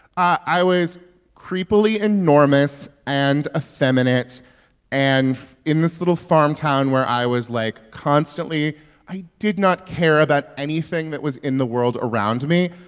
i i was creepily enormous and ah effeminate and in this little farm town where i was, like, constantly i did not care about anything that was in the world around me.